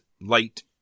light